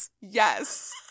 Yes